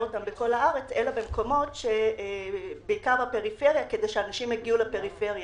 אותם בכל הארץ אלא במקומות בעיקר בפריפריה כדי שאנשים יגיעו לפריפריה.